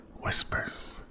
whispers